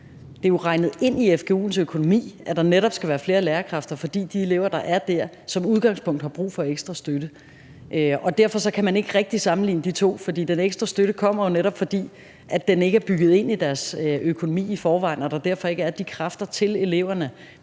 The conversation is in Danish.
Det er jo regnet ind i fgu'ens økonomi, at der netop skal være flere lærerkræfter, fordi de elever, der er der, som udgangspunkt har brug for ekstra støtte. Derfor kan man ikke rigtig sammenligne de to. For den ekstra støtte kommer jo netop, fordi den ikke er bygget ind i deres økonomi i forvejen og der derfor ikke er de kræfter til eleverne